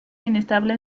inestable